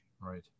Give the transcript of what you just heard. right